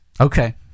Okay